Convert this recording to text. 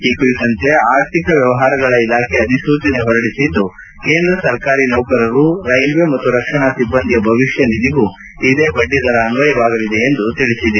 ಈ ಕುರಿತಂತೆ ಆರ್ಥಿಕ ವ್ಯವಹಾರಗಳ ಇಲಾಖೆ ಅಧಿಸೂಚನೆ ಹೊರಡಿಸಿದ್ದು ಕೇಂದ್ರ ಸರ್ಕಾರಿ ನೌಕರರು ರೈಲ್ವೆ ಮತ್ತು ರಕ್ಷಣಾ ಸಿಬ್ಬಂದಿಯ ಭವಿಷ್ಯ ನಿಧಿಗೂ ಇದೇ ಬಡ್ಡಿದರ ಅನ್ವಯವಾಗಲಿದೆ ಎಂದು ಹೇಳಿದೆ